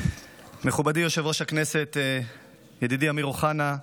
מכובדי יושב-ראש הכנסת ידידי אמיר אוחנה,